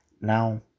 Now